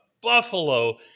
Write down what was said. Buffalo